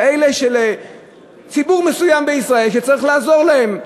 כאלה מציבור מסוים בישראל שצריך לעזור להם.